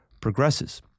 progresses